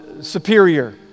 superior